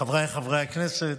חבריי חברי הכנסת,